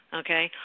okay